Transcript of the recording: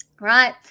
right